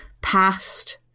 past